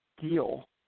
deal